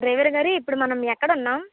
driver గారు ఇప్పుడు మనం ఎక్కడ ఉన్నాము